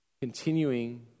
continuing